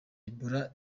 ebola